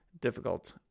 Difficult